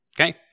Okay